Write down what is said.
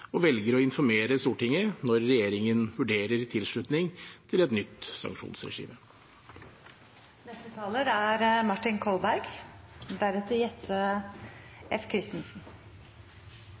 og at den velger å informere Stortinget når den vurderer tilslutning til et nytt sanksjonsregime. Dette er